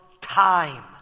time